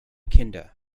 kinder